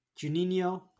Juninho